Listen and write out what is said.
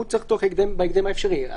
הוא צריך בהקדם האפשרי.